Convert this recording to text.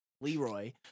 Leroy